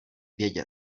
vědět